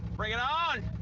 bring it on!